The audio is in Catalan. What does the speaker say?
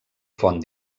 font